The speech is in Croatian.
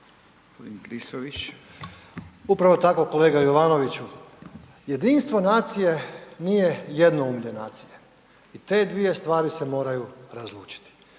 Upravo tako kolega Jovanoviću. Jedinstvo nacije nije jednoumlje nacije. I te dvije stvari se moraju razlučiti.